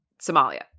Somalia